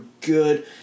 good